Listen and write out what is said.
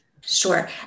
Sure